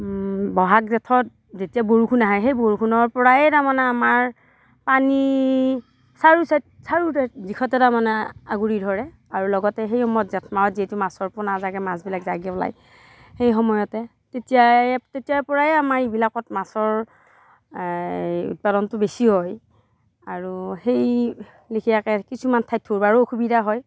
ব'হাগ জেঠত যেতিয়া বৰষুণ আহে সেই বৰষুণৰ পৰাই তাৰ মানে আমাৰ পানী চাৰো চাইড চাৰো চাইড দিশতে তাৰ মানে আগুৰি ধৰে আৰু লগতে সেই সময়ত জেঠ মাহত যিহেতু মাছৰ পোনা জাগে মাছবিলাক জাগি ওলায় সেই সময়তে তেতিয়াইয়ে তেতিয়াৰ পৰাই আমাৰ এইবিলাকত মাছৰ এই উৎপাদনটো বেছি হয় আৰু সেই লেখিয়াকৈ কিছুমান ঠাইত ধৰিবও অসুবিধা হয়